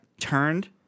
turned